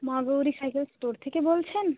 মা Gauri cycle store থেকে বলছেন